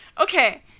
Okay